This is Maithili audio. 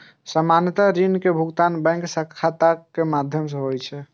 सामान्यतः ऋण के भुगतान बैंक खाता के माध्यम सं होइ छै